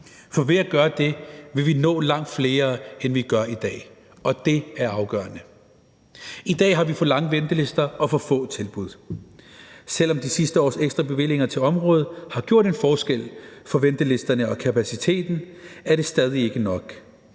For ved at gøre det vil vi nå langt flere, end vi gør i dag, og det er afgørende. I dag har vi for lange ventelister og for få tilbud. Selv om de sidste års ekstra bevillinger til området har gjort en forskel for ventelisterne og kapaciteten, er det stadig ikke nok,